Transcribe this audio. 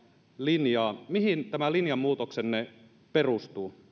linjaa mihin tämä linjamuutoksenne perustuu